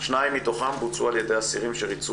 שניים מתוכם בוצעו על ידי אסירים שריצו